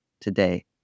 today